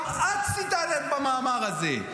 גם את צידדת במאמר הזה.